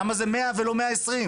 למה זה מאה, ולא מאה עשרים.